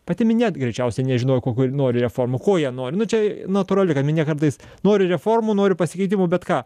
pati minia greičiausiai nežinojo kokių nori reformų ko jie nori nu čia natūralu kad minia kartais nori reformų nori pasikeitimų bet ką